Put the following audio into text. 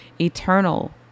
eternal